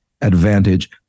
advantage